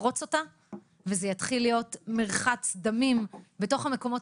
זה יתחיל להיות מרחץ דמים בתוך המקומות